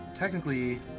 Technically